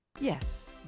Yes